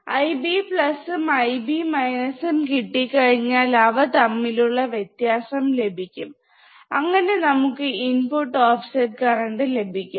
Ib ഉം Ib ഉം കിട്ടി കഴിഞ്ഞാൽ അവ തമ്മിലുള്ള വ്യത്യാസം ലഭിക്കും അങ്ങനെ നമുക്ക് ഇൻപുട്ട് ഓഫ്സെറ്റ് കറണ്ട് ലഭിക്കും